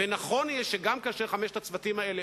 ונכון יהיה שגם לחמשת הצוותים האלה